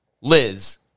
Liz